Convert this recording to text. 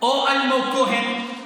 או אמנון כהן,